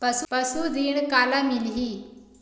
पशु ऋण काला मिलही?